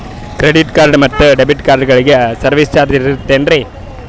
Credit card ಮತ್ತು debit ಕಾರ್ಡಗಳಿಗೆ service charge ಇರುತೇನ್ರಿ?